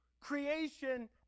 creation